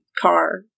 car